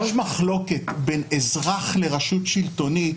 כשיש מחלוקת בין אזרח לרשות שלטונית,